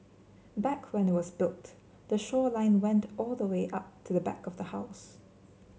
back when it was built the shoreline went all the way up to the back of the house